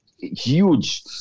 huge